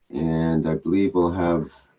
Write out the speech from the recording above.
and i believe we'll have